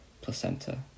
placenta